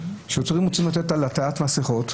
שוטרים רוצים לתת דוח על עטיית מסכות,